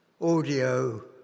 audio